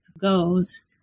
goes